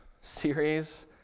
series